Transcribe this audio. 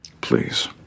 Please